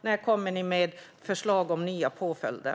När kommer ni med förslag om nya påföljder?